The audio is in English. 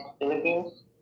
Philippines